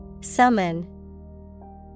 Summon